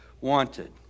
wanted